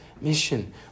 mission